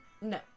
No